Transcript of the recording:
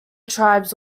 tribes